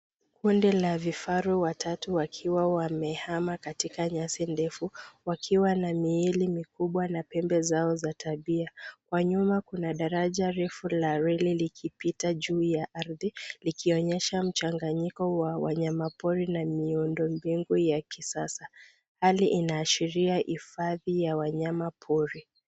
Kundi la vifaru watatu wakiwa wamehama katika nyasi ndefu, wakiwa na miili mikubwa na pembe zao za tabia. Kwa nyuma kuna daraja refu la reli likipita juu ya ardhi, likionyesha mchanganyiko wa wanyama pori na miundombinu ya kisasa. Hali inaashiria hifadhi ya wanyama pori.